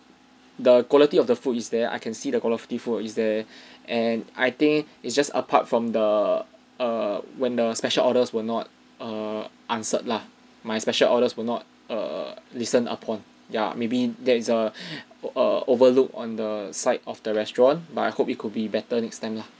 the quality of the food is there I can see the quality food is there and I think it's just apart from the err when the special orders were not err answered lah my special orders were not err listen upon ya maybe there is err overlooked on the side of the restaurant but I hope it could be better next time lah